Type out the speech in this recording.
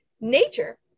nature